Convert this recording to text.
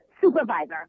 supervisor